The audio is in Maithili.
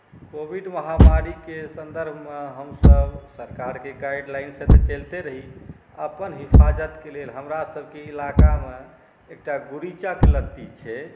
कोविड महामारीके सन्दर्भमे हमसभ सरकारके गाइडलाइनसँ तऽ चलिते रही अपन हिफाजतके लेल हमरासभके इलाकामे एकटा गुरीचक लत्ती छै